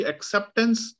Acceptance